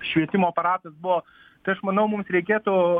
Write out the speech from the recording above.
švietimo aparatas buvo tai aš manau mums reikėtų